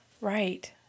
right